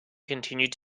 continued